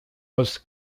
was